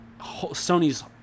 Sony's